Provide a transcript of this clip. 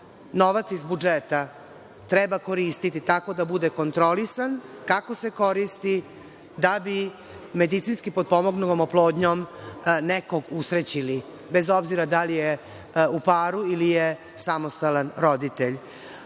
novac iz budžeta treba koristiti tako da bude kontrolisan kako se koristi, da bi medicinski potpomognutom oplodnjom nekog usrećili, bez obzira da li je u paru ili je samostalan roditelj. Ali,